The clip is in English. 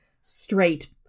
straight